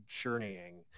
journeying